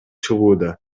чыгууда